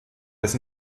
des